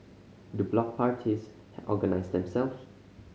do block parties organise themselves